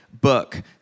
book